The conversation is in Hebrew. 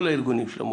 כל הארגונים של המורים,